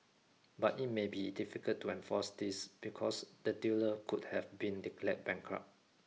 but it may be difficult to enforce this because the dealer could have been declared bankrupt